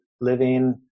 living